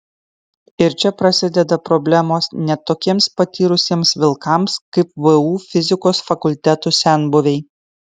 ir čia prasideda problemos net tokiems patyrusiems vilkams kaip vu fizikos fakulteto senbuviai